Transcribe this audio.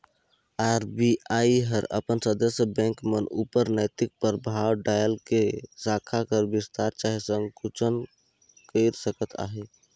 RBI हर अपन सदस्य बेंक मन उपर नैतिक परभाव डाएल के साखा कर बिस्तार चहे संकुचन कइर सकत अहे